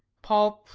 paul,